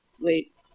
wait